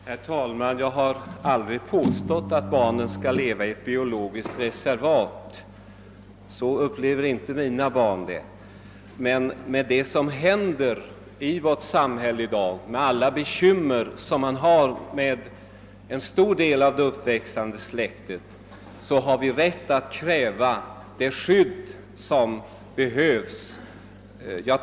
Herr talman! Jag har aldrig påstått att barnen skall hållas i ett ideologiskt reservat — så upplever inte mina barn det — men med hänsyn till vad som händer i vårt samhälle i dag och de bekymmer som en stor del av det uppväxande släktet förorsakar har vi rätt att kräva att ungdomen skyddas.